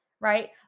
Right